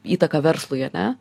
įtaka verslui ane